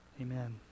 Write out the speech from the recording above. Amen